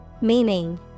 Meaning